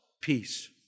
peace